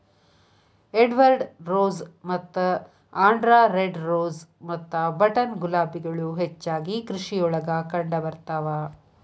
Edward rose ಮತ್ತ ಆಂಡ್ರಾ red rose ಮತ್ತ ಬಟನ್ ಗುಲಾಬಿಗಳು ಹೆಚ್ಚಾಗಿ ಕೃಷಿಯೊಳಗ ಕಂಡಬರ್ತಾವ